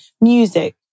music